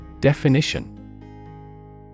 Definition